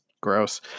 gross